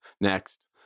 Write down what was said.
next